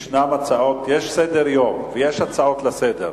יש סדר-יום, ויש הצעות לסדר-היום.